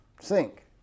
sink